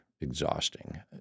exhausting